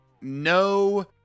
No